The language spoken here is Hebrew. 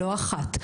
לא אחת.